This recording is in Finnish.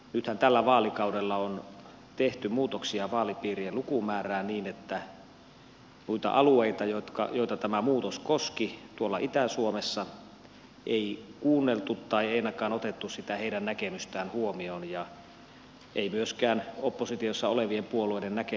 nythän tällä vaalikaudella on tehty muutoksia vaalipiirien lukumäärään niin että noita alueita joita tämä muutos koski tuolla itä suomessa ei kuunneltu tai ei ainakaan otettu heidän näkemystään huomioon eikä myöskään oppositiossa olevien puolueiden näkemystä